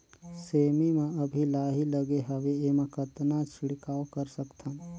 सेमी म अभी लाही लगे हवे एमा कतना छिड़काव कर सकथन?